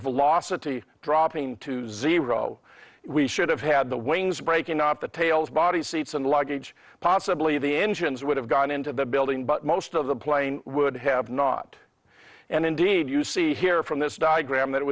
velocity dropping to zero we should have had the wings breaking up the tails body seats and luggage possibly the engines would have gone into the building but most of the plane would have not and indeed you see here from this diagram that it